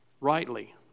Rightly